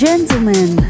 Gentlemen